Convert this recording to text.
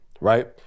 right